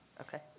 Okay